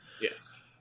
Yes